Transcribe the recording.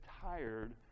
tired